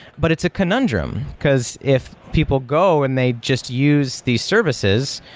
but it's a conundrum, because if people go and they just use these services,